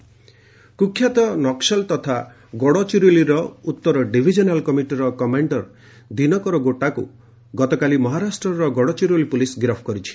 ସକୁଲ arrest କୁଖ୍ୟାତ ନକ୍କଲ ତଥା ଗଡଚିରୋଳିର ଉଉର ଡିଭିଜନାଲ୍ କମିଟିର କମାଣ୍ଡର ଦିନକର ଗୋଟାକୁ ଗତକାଲି ମହାରାଷ୍ଟ୍ରର ଗଡଚିରୋଲି ପୁଲିସ ଗିରଫ୍ କରିଛି